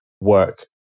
work